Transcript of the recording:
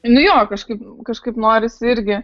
nu jo kažkaip kažkaip norisi irgi